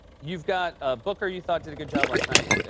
you've got ah booker, you thought did a good job last night.